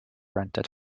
rented